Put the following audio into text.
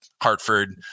Hartford